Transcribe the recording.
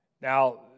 Now